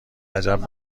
عجب